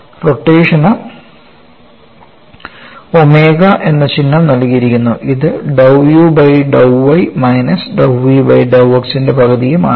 റൊട്ടേഷന് ഒമേഗ എന്ന ചിഹ്നം നൽകിയിരിക്കുന്നു ഇത് dou u by dou y minus dou v by dou x ൻറെ പകുതിയും ആണ്